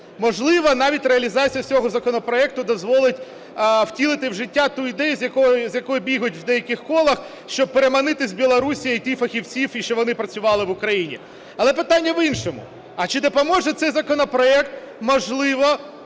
Можливо, навіть реалізація цього законопроекту дозволить втілити в життя ту ідею, з якою бігають в деяких колах, щоб переманити з Білорусі ІТ-фахівців і щоб вони працювали в Україні. Але питання в іншому. А чи допоможе цей законопроект можливо